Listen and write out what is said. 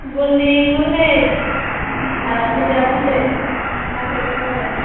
बुन्दि मासे आरो बुनदा मासे दं आरो